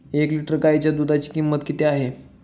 एक लिटर गाईच्या दुधाची किंमत किती आहे?